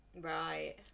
right